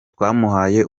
twamuhaye